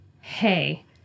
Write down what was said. hey